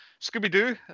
scooby-doo